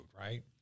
right